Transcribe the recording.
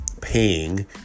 paying